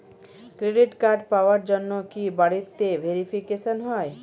Credit card পাওয়ার জন্য কি বাড়িতে ভেরিফিকেশন হয়?